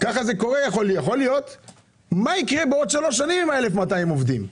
מה יקרה עוד שלוש שנים עם ה-1,200 עובדים?